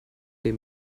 der